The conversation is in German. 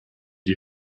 die